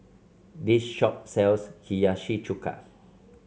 this shop sells Hiyashi Chuka